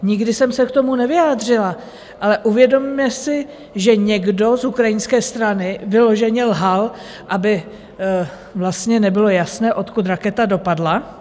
Nikdy jsem se k tomu nevyjádřila, ale uvědomme si, že někdo z ukrajinské strany vyloženě lhal, aby vlastně nebylo jasné, odkud raketa dopadla.